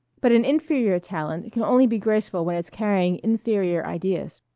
but an inferior talent can only be graceful when it's carrying inferior ideas.